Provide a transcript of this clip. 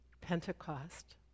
Pentecost